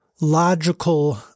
logical